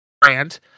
brand